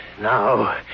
Now